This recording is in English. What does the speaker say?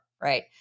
right